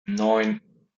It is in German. neun